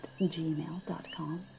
gmail.com